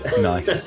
nice